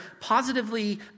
positively